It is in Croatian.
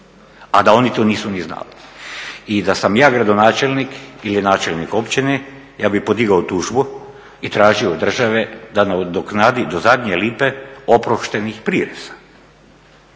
a da oni to nisu ni znali. I da sam ja gradonačelnik ili načelnik općine ja bih podigao tužbu i tražio od države da nadoknadi do zadnje lipe oproštenih prireza.